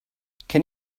can